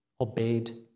obeyed